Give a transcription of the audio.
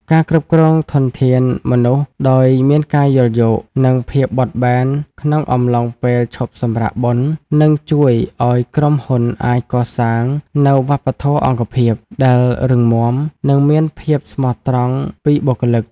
ការគ្រប់គ្រងធនធានមនុស្សដោយមានការយល់យោគ និងភាពបត់បែនក្នុងអំឡុងពេលឈប់សម្រាកបុណ្យ នឹងជួយឱ្យក្រុមហ៊ុនអាចកសាងនូវ "វប្បធម៌អង្គភាព" ដែលរឹងមាំ និងមានភាពស្មោះត្រង់ពីបុគ្គលិក។